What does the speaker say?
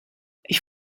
ich